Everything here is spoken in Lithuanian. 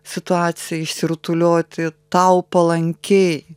situaciją išsirutulioti tau palankiai